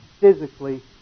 physically